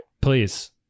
Please